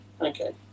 Okay